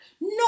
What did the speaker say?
No